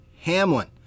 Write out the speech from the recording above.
Hamlin